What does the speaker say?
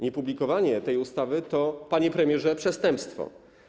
Niepublikowanie tej ustawy, panie premierze, to przestępstwo.